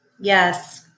Yes